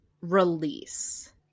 release